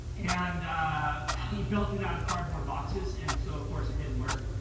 and he built it out of cardboard boxes, and so, of course, it didn't work.